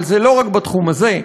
אבל זה לא רק בתחום הזה,